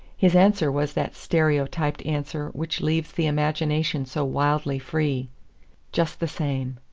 his answer was that stereotyped answer which leaves the imagination so wildly free just the same.